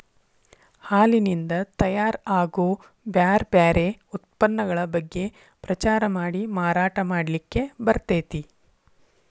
ಹಾಲಿನಿಂದ ತಯಾರ್ ಆಗೋ ಬ್ಯಾರ್ ಬ್ಯಾರೆ ಉತ್ಪನ್ನಗಳ ಬಗ್ಗೆ ಪ್ರಚಾರ ಮಾಡಿ ಮಾರಾಟ ಮಾಡ್ಲಿಕ್ಕೆ ಬರ್ತೇತಿ